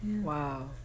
wow